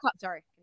sorry